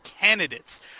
candidates